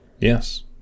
Yes